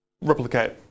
replicate